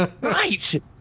Right